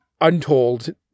untold